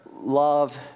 love